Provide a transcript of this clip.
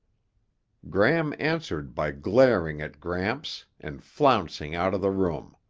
gram answered by glaring at gramps and flouncing out of the room.